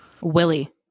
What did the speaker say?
Willie